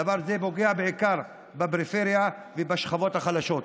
דבר זה פוגע בעיקר בפריפריה ובשכבות החלשות.